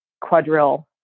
quadrille